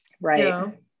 Right